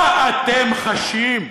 מה אתם חשים?